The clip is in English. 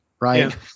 right